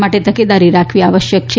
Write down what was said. માટે તકેદારી રાખવી આવશ્યક છે